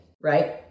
right